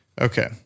Okay